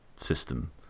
system